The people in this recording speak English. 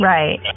Right